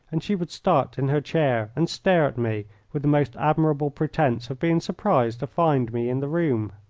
and she would start in her chair and stare at me with the most admirable pretence of being surprised to find me in the room.